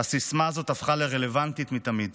הסיסמה הזאת הפכה לרלוונטית מתמיד.